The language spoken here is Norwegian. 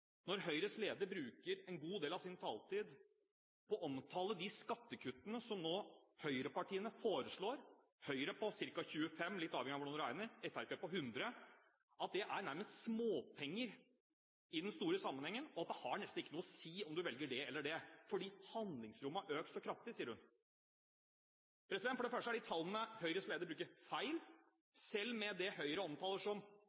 når Høyres leder bruker en god del av sin taletid på å omtale de skattekuttene som høyrepartiene nå foreslår – Høyre på ca. 25 mrd., litt avhengig av hvordan du regner, og Fremskrittspartiet på 100 mrd. Det sies at det er nærmest småpenger i den store sammenhengen og at det nesten ikke har noe å si om du velger dét eller dét, fordi handlingsrommet har økt så kraftig, sier de. For det første er de tallene Høyres leder bruker,